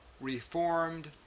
reformed